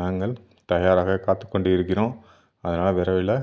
நாங்கள் தயாராக காத்துக்கொண்டி இருக்கிறோம் அதனால் விரைவில்